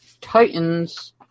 Titans